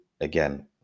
again